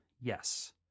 yes